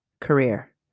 career